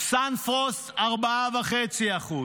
סנפרוסט, 4.5%,